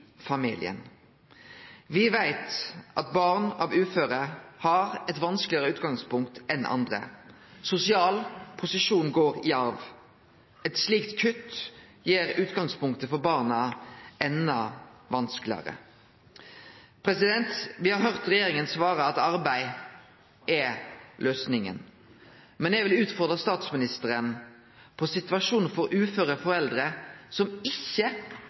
familien. Me veit at barn av uføre har eit vanskelegare utgangspunkt enn andre. Sosial posisjon går i arv, og eit slikt kutt gjer utgangspunktet for barna enda vanskelegare. Me har høyrt regjeringa svare at arbeid er løysinga. Men eg vil utfordre statsministeren når det gjeld situasjonen for uføre foreldre som ikkje